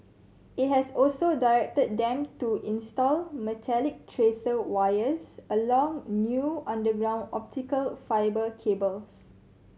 it has also directed them to install metallic tracer wires along new underground optical fibre cables